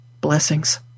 blessings